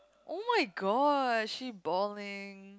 [oh]-my-gosh she balling